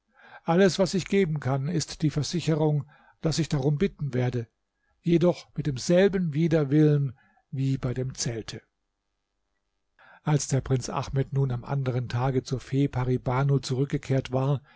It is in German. alles was ich geben kann ist die versicherung daß ich darum bitten werde jedoch mit demselben widerwillen wie bei dem zelte als der prinz ahmed nun am anderen tage zur fee pari banu zurückgekehrt war